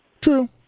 True